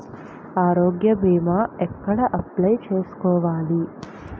ఆరోగ్య భీమా ఎక్కడ అప్లయ్ చేసుకోవాలి?